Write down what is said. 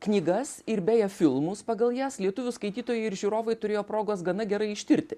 knygas ir beje filmus pagal jas lietuvių skaitytojai ir žiūrovai turėjo progos gana gerai ištirti